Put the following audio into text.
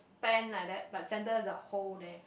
pan like that but center is a hole there